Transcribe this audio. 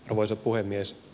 arvoisa puhemies